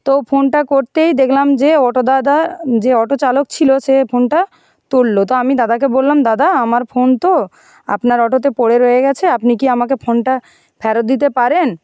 তো ফোনটা করতেই দেখলাম যে অটো দাদা যে অটোচালক ছিল সে ফোনটা তুললো তো আমি দাদাকে বললাম দাদা আমার ফোন তো আপনার অটোতে পড়ে রয়ে গেছে আপনি কি আমাকে ফোনটা ফেরত দিতে পারেন